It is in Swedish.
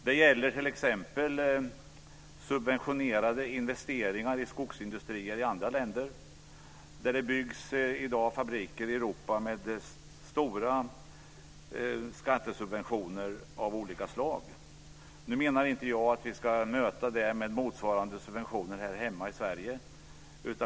Det gäller t.ex. subventionerade investeringar i skogsindustrier i andra länder, där det i dag byggs fabriker i Europa med stora skattesubventioner av olika slag. Nu menar jag inte att vi ska möta detta med motsvarande subventioner här hemma i Sverige.